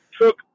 took